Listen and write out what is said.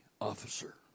officer